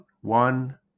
One